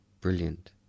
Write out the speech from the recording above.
Brilliant